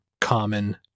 common